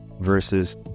versus